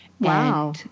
Wow